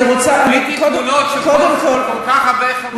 ראיתי תמונות של כל כך הרבה חברי כנסת.